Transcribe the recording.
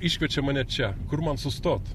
iškviečia mane čia kur man sustot